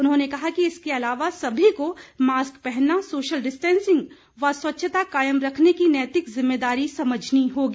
उन्होंने कहा कि इसके अलावा सभी को मास्क पहनना सोशल डिस्टैंसिंग व स्वच्छता कायम रखने की नैतिक जिम्मेदारी समझनी होगी